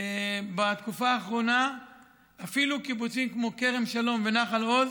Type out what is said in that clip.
בתקופה האחרונה אפילו קיבוצים כמו כרם שלום ונחל עוז